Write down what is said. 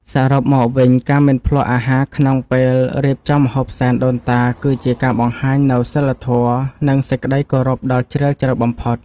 សរុបមកវិញ ការមិនភ្លក្សអាហារក្នុងពេលរៀបចំម្ហូបសែនដូនតា គឺជាការបង្ហាញនូវសីលធម៌ និងសេចក្តីគោរពដ៏ជ្រាលជ្រៅបំផុត។